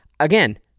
Again